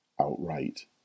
outright